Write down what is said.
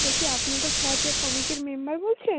বলছি আপনি তো ফ্লাটের কমিটির মেম্বার বলছেন